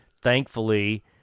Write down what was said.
thankfully